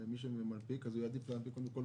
מי שמנפיק, יעדיף להנפיק קודם כל